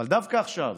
אבל דווקא עכשיו,